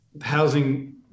housing